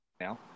now